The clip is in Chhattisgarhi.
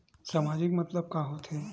सामाजिक मतलब का होथे?